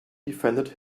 defended